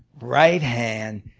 right hand,